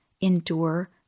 endure